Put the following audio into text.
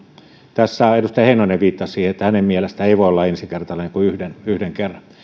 tässä edustaja heinonen viittasi siihen että hänen mielestään ei voi olla ensikertalainen kuin yhden yhden kerran